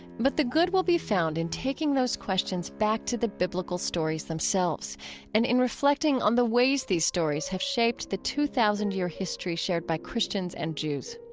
but the good will be found in taking those questions back to the biblical stories themselves and in reflecting on the ways these stories have shaped the two thousand year history shared by christians and jews.